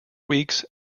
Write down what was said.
weeks